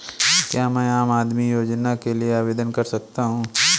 क्या मैं आम आदमी योजना के लिए आवेदन कर सकता हूँ?